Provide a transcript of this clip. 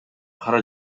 кара